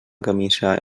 camisa